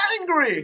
angry